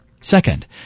Second